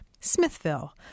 Smithville